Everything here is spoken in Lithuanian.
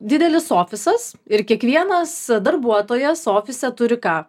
didelis ofisas ir kiekvienas darbuotojas ofise turi ką